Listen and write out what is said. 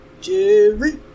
Jerry